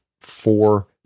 four